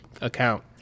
account